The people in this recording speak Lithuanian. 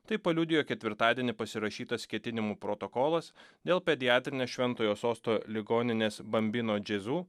tai paliudijo ketvirtadienį pasirašytas ketinimų protokolas dėl pediatrinės šventojo sosto ligoninės bambino džizu